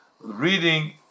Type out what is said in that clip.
reading